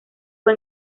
fue